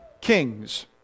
kings